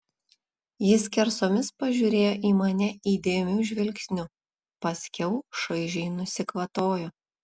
ji skersomis pažiūrėjo į mane įdėmiu žvilgsniu paskiau šaižiai nusikvatojo